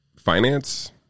finance